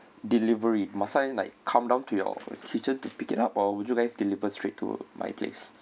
delivery must I like come down to your kitchen to pick it up or would you guys deliver straight to my place